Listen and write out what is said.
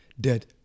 dead